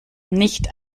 nicht